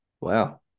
Wow